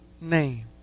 name